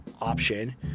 option